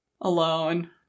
alone